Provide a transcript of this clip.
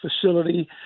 facility